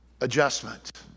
adjustment